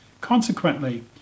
Consequently